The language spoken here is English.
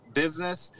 business